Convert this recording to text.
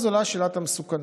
אז עולה שאלת המסוכנות.